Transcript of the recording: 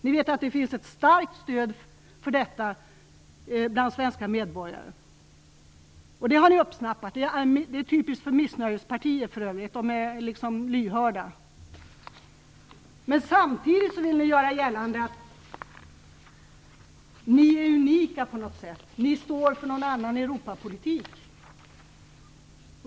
Ni vet att det finns ett starkt stöd för detta bland svenska medborgare. Det har ni uppsnappat. Det är för övrigt typiskt för missnöjespartier; de är lyhörda. Men samtidigt vill ni göra gällande att ni är unika på något sätt, att ni står för någon annan Europapolitik.